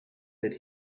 that